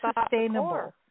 sustainable